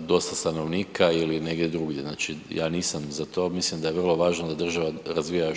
dosta stanovnika ili negdje drugdje, ja nisam za to. Mislim da je vrlo važno da država razvija